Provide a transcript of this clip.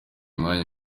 umwanya